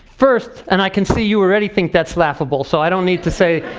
first, and i can see you already think that's laughable, so i don't need to say